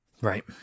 Right